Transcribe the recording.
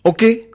Okay